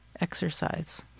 exercise